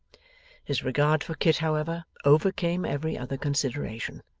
his regard for kit, however, overcame every other consideration.